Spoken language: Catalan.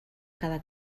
cada